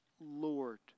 Lord